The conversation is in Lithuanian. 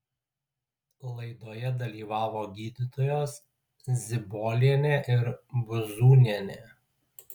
laidoje dalyvavo gydytojos zibolienė ir buzūnienė